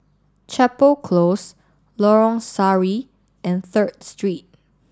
Chapel Close Lorong Sari and Third Street